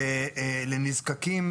כמובן, לסעיפים הספציפיים.